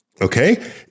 okay